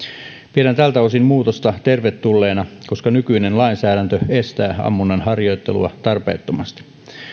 pidän tältä osin muutosta tervetulleena koska nykyinen lainsäädäntö estää ammunnan harjoittelua tarpeettomasti